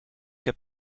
heb